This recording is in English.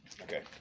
Okay